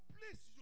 Please